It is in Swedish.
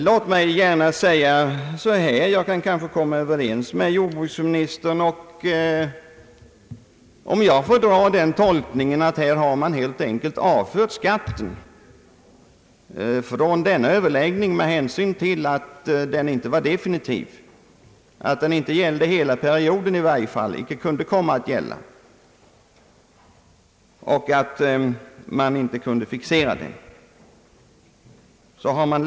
Låt mig gärna säga att jag kanske kan komma överens med jordbruksministern om jag får göra den tolkningen att man helt enkelt avfört traktorskatten från dessa överläggningar med hänsyn till att den inte var definitiv, i varje fall inte kunde komma att gälla hela perioden, och att man inte kunde fixera storleken av den.